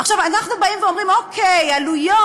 עכשיו,